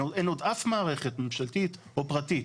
אין עוד אף מערכת ממשלתית או פרטית